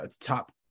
top